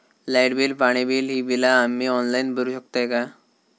Light bill, पाणी bill, ही बिला आम्ही ऑनलाइन भरू शकतय का?